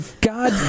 God